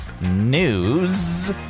news